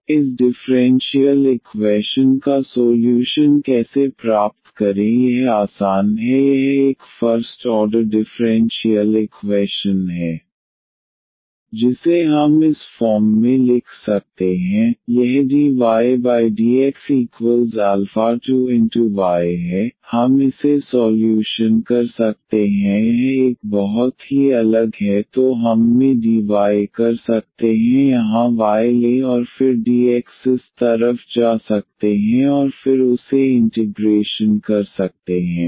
तो इस differential equation का सोल्यूशन कैसे प्राप्त करें यह आसान है यह एक फर्स्ट ऑर्डर डिफ़्रेंशियल इक्वैशन है जिसे हम इस फॉर्म में लिख सकते हैं यह dydx2y है हम इसे सॉल्यूशन कर सकते हैं यह एक बहुत ही अलग यहाँ है तो हम में dy कर सकते हैं यहां y लें और फिर dx इस तरफ जा सकते हैं और फिर उसे इंटिग्रेशन कर सकते हैं